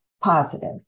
positive